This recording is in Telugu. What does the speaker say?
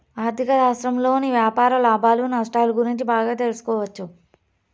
ఆర్ధిక శాస్త్రంలోని వ్యాపార లాభాలు నష్టాలు గురించి బాగా తెలుసుకోవచ్చు